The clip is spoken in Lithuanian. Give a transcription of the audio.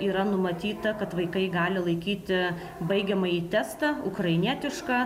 yra numatyta kad vaikai gali laikyti baigiamąjį testą ukrainietišką